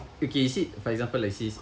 okay you see for example you see